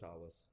hours